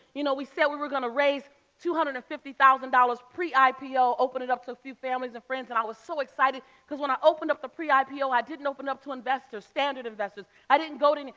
you know, we said we were gonna raise two hundred and fifty thousand dollars pre-ipo, open it up to a few families and friends. and i was so excited because when i opened up the pre-ipo, i didn't open up to investors, standard investors. i didn't go to any.